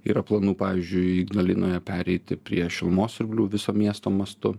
yra planų pavyzdžiui ignalinoje pereiti prie šilumos siurblių viso miesto mastu